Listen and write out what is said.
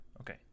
Okay